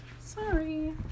sorry